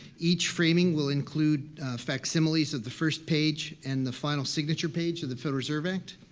each framing will include facsimiles of the first page and the final signature page of the federal reserve act,